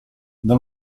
dal